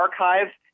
archives